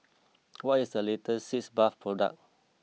what is the latest Sitz bath product